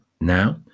now